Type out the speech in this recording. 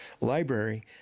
library